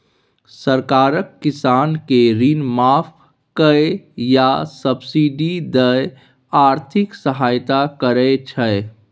सरकार किसान केँ ऋण माफ कए या सब्सिडी दए आर्थिक सहायता करै छै